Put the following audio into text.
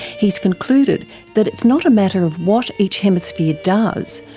he's concluded that it's not a matter of what each hemisphere does,